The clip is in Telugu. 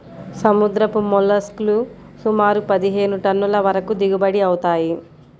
సముద్రపు మోల్లస్క్ లు సుమారు పదిహేను టన్నుల వరకు దిగుబడి అవుతాయి